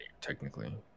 technically